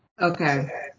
Okay